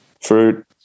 Fruit